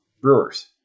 Brewers